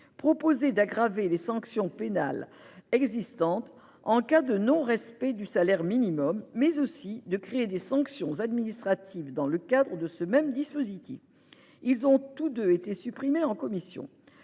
prévoyaient d'aggraver les sanctions pénales existantes en cas de non-respect du salaire minimum, mais aussi de créer des sanctions administratives dans le cadre de ce même dispositif. Ils ont tous deux été supprimés en commission.